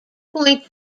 point